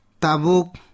Tabuk